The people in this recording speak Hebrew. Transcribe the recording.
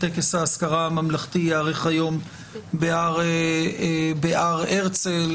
טקס האזכרה הממלכתי ייערך היום בהר הרצל,